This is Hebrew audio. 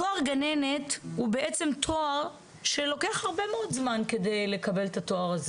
התואר גננת הוא תואר שלוקח הרבה מאוד זמן כדי לקבל אותו.